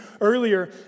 earlier